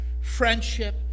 friendship